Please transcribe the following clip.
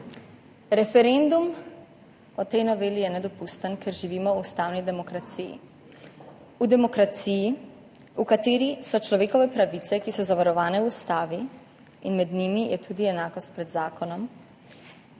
Referendum o tej noveli je nedopusten, ker živimo v ustavni demokraciji. V demokraciji, v kateri so človekove pravice, ki so zavarovane v Ustavi, in med njimi je tudi enakost pred zakonom,